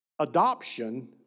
adoption